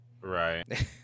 Right